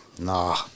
nah